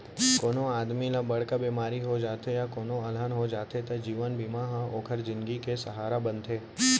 कोनों आदमी ल बड़का बेमारी हो जाथे या कोनों अलहन हो जाथे त जीवन बीमा ह ओकर जिनगी के सहारा बनथे